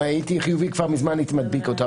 ואם הייתי חיובי, כבר מזמן הייתי מדביק אותו.